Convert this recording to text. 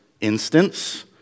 instance